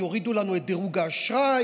יורידו לנו את דירוג האשראי.